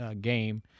game